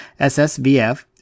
SSVF